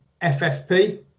ffp